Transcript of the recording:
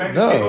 no